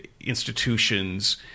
institutions